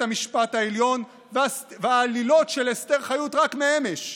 המשפט העליון והעלילות של אסתר חיות רק מאמש.